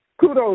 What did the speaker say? Kudos